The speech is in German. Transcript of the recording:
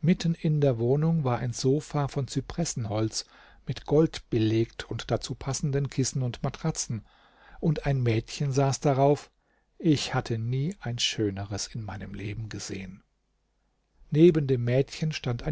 mitten in der wohnung war ein sofa von zypressenholz mit gold belegt und dazu passenden kissen und matratzen und ein mädchen saß darauf ich hatte nie ein schöneres in meinem leben gesehen neben dem mädchen stand